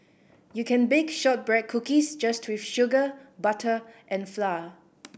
you can bake shortbread cookies just with sugar butter and flour